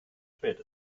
spät